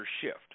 shift